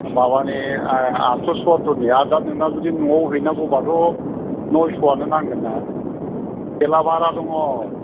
माबानि आदस' सवाथुरनि आर दा नोंनाव जुदि न'आव हैनांगौबाथ' नयस'आनो नांगोन ना थेला बारहा दङ